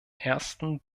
ersten